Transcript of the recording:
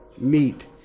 meet